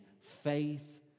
faith